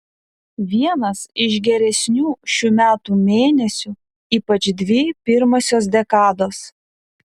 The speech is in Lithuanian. vienas iš geresnių šių metų mėnesių ypač dvi pirmosios dekados